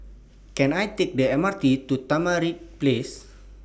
Can I Take The M R T to Tamarind Place